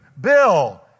Bill